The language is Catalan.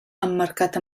emmarcat